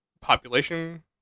population